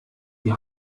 die